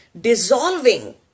dissolving